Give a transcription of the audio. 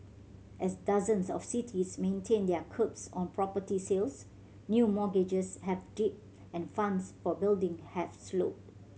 as dozens of cities maintain their curbs on property sales new mortgages have dipped and funds for building have slowed